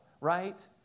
right